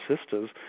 sisters